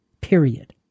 period